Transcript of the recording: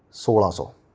ਸੋਲਾਂ ਸੌ